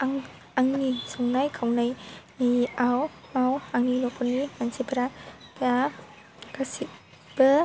आं आंनि संनाय खावनाय आव आंनि न'खरनि मानसिफ्रा दा गासिबो